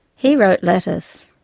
he wrote letters.